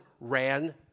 ran